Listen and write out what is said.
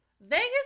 Vegas